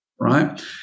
right